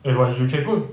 eh but you can go